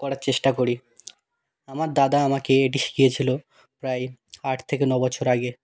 করার চেষ্টা করি আমার দাদা আমাকে এটি শিখিয়েছিলো প্রায় আট থেকে ন বছর আগে